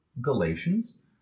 Galatians